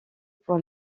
pour